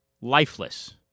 lifeless